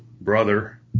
brother